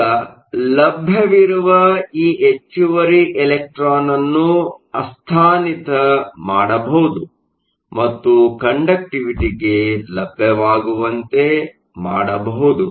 ಈಗ ಲಭ್ಯವಿರುವ ಈ ಹೆಚ್ಚುವರಿ ಎಲೆಕ್ಟ್ರಾನ್ ಅನ್ನು ಅಸ್ಥಾನಿತ ಮಾಡಬಹುದು ಮತ್ತು ಕಂಡಕ್ಟಿವಿಟಿಗೆ ಲಭ್ಯವಾಗುವಂತೆ ಮಾಡಬಹುದು